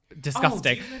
disgusting